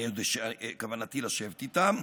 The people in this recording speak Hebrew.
וכוונתי לשבת איתם.